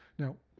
now,